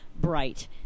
bright